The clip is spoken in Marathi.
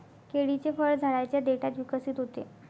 केळीचे फळ झाडाच्या देठात विकसित होते